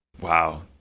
Wow